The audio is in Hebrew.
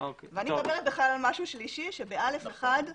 אני מדברת על משהו שלישי שב-(א)(1),